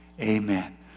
amen